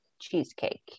cheesecake